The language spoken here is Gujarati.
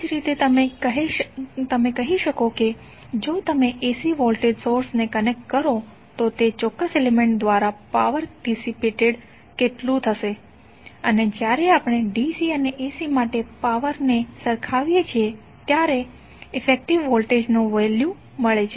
એ જ રીતે તમે કહી શકો છો કે જો તમે AC વોલ્ટેજ સોર્સને કનેક્ટ કરો તો તે ચોક્કસ એલિમેન્ટ્ દ્વારા પાવર કેવી રીતે ડીસીપેટ કરશે અને જ્યારે આપણે DC અને AC માટે પાવર ને સરખાવીએ છીએ ત્યારે ઇફેકટીવ વોલ્ટેજનું વેલ્યુ મળે છે